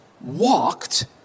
walked